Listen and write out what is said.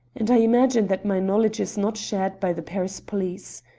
and i imagine that my knowledge is not shared by the paris police.